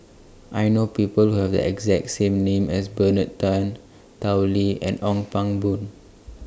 I know People Who Have The exact same name as Bernard Tan Tao Li and Ong Pang Boon